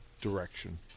direction